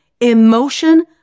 emotion